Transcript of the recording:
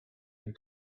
had